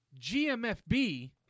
GMFB